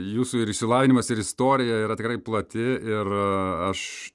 jūsų ir išsilavinimas ir istorija yra tikrai plati ir aš